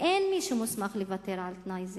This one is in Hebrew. ואין מי שמוסמך לוותר על תנאי זה.